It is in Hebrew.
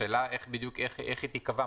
השאלה איך היא תיקבע,